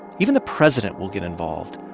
even the president will get involved,